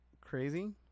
crazy